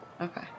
okay